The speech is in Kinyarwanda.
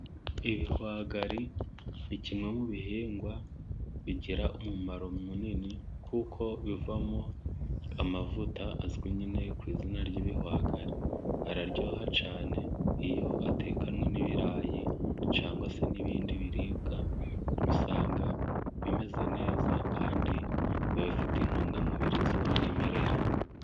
Ibihwagari ni kimwe mu bihingwa bigira umumaro munini, kuko bivamo amavuta azwi nyine ku izina ry'ibihwagari, araryoha cyane iyo atekanwe n'ibirayi cyangwa se n'ibindi biribwa, usanga bimeze neza kandi biba bifite intungamubiri z'umwimerere.